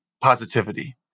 positivity